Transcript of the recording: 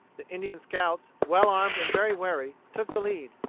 the indian scouts, well armed and very wary, took the lead.